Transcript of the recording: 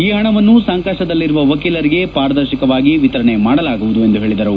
ಈ ಹಣವನ್ನು ಸಂಕಷ್ಷದಲ್ಲಿರುವ ವಕೀಲರಿಗೆ ಪಾರದರ್ಶಕವಾಗಿ ವಿತರಣೆ ಮಾಡಲಾಗುವುದು ಎಂದು ಹೇಳಿದರು